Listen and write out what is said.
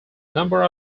number